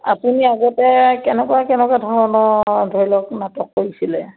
আপুনি আগতে কেনেকুৱা কেনেকুৱা ধৰণৰ ধৰি লওক নাটক কৰিছিলে